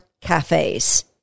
cafes